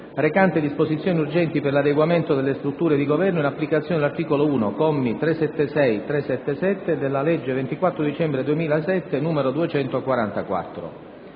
recante disposizioni urgenti per l'adeguamento delle strutture di Governo in applicazione dell'articolo 1, commi 376 e 377, della legge 24 dicembre 2007, n. 244»